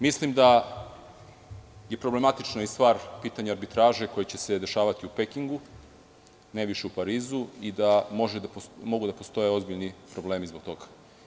Mislim da je problematična i stvar pitanja arbitraže koja će se dešavati u Pekingu, ne više u Parizu i da mogu da postoje ozbiljni problemi zbog toga.